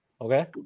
Okay